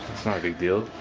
not a big deal.